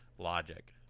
logic